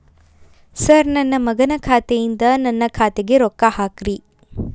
sir ನನ್ನ ಮಗನ ಖಾತೆ ಯಿಂದ ನನ್ನ ಖಾತೆಗ ರೊಕ್ಕಾ ಹಾಕ್ರಿ